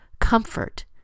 comfort